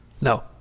No